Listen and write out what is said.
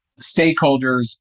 stakeholders